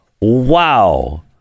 Wow